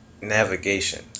navigation